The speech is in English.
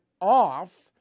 off